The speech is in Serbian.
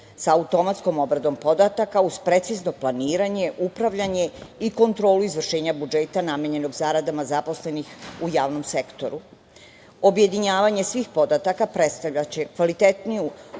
sa automatskom obradom podataka uz precizno planiranje, upravljanje i kontrolu izvršenja budžeta namenjenog zaradama zaposlenih u javnom sektoru. Objedinjavanje svih podataka predstavljaće kvalitetniju